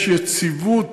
יש יציבות